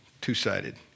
two-sided